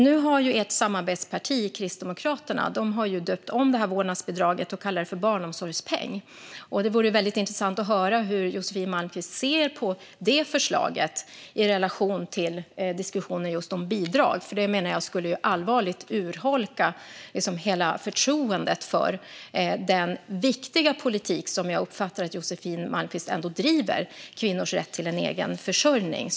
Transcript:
Nu har ert samarbetsparti Kristdemokraterna döpt om vårdnadsbidraget och kallar det för barnomsorgspeng. Det vore väldigt intressant att höra hur Josefin Malmqvist ser på det förslaget i relation till diskussionen om bidrag. Jag menar att detta allvarligt skulle urholka hela förtroendet för den viktiga politik som jag uppfattar att Josefin Malmqvist ändå driver - kvinnors rätt till en egen försörjning.